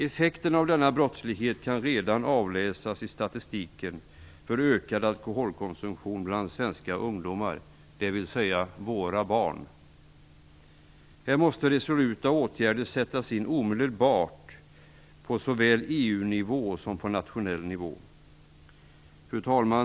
Effekterna av denna brottslighet kan redan utläsas i statistiken i form av ökad alkoholkonsumtion bland svenska ungdomar, dvs. våra barn. Här måste resoluta åtgärder sättas in omedelbart på såväl EU-nivå som nationell nivå. Fru talman!